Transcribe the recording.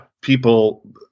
People